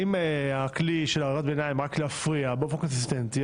אם הכלי של הערות ביניים הוא רק להפריע באופן קונסיסטנטי,